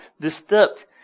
disturbed